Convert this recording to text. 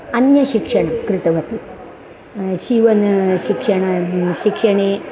अन्य शिक्षणं कृतवती सीवनशिक्षणं शिक्षणे